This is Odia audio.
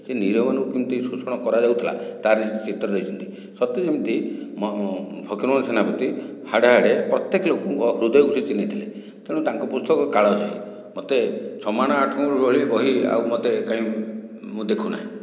ସେ ନିରୀହମାନଙ୍କୁ କେମିତି ଶୋଷଣ କରା ଯାଉଥିଲା ତା'ର ଚିତ୍ର ଦେଇଛନ୍ତି ସତେ ଯେମିତି ଫକୀର ମୋହନ ସେନାପତି ହାଡ଼େ ହାଡ଼େ ପ୍ରତ୍ୟେକ ଲୋକଙ୍କ ହୃଦୟକୁ ସେ ଚିହ୍ନିଥିଲେ ତେଣୁ ତାଙ୍କ ପୁସ୍ତକ କାଳଜୟୀ ମୋତେ ଛଅ ମାଣ ଆଠ ଗୁଣ୍ଠ ଭଳି ବହି ଆଉ ମୋତେ କାହିଁ ମୁଁ ଦେଖୁ ନାହିଁ